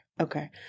okay